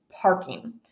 parking